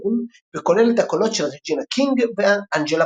פישבורן וכולל את הקולות של רג'ינה קינג ואנג'לה באסט.